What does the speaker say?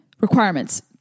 requirements